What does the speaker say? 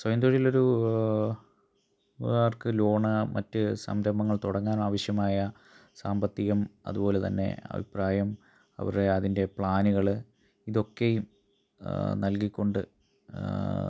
സ്വയംതൊഴിലൊരു അവർക്ക് ലോണ് മറ്റ് സംരംഭങ്ങൾ തുടങ്ങാനാവശ്യമായ സാമ്പത്തികം അതുപോലെ തന്നെ അഭിപ്രായം അവരെ അതിൻ്റെ പ്ലാനുകള് ഇതൊക്കെയും നൽകിക്കൊണ്ട്